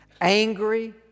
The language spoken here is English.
angry